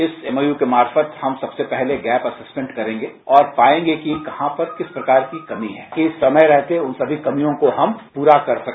इस एमओयू के मार्फत हम सबसे पहले गैप असिस्मेंट करेंगे और पायेंगे की कहां पर किस प्रकार की कमी है कि समय रहते इस प्रकार की कमियों को हम पूरा कर सके